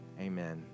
amen